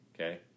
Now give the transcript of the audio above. okay